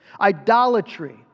idolatry